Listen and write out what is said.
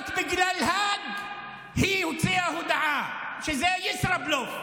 רק בגלל האג היא הוציאה הודעה, שזה ישראבלוף.